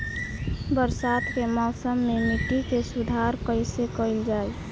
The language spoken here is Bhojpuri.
बरसात के मौसम में मिट्टी के सुधार कइसे कइल जाई?